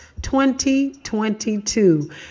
2022